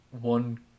one